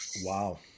Wow